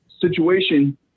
situation